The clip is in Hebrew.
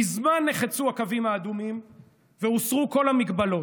מזמן נחצו הקווים האדומים והוסרו כל ההגבלות.